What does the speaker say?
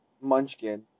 Munchkin